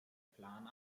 plan